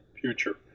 future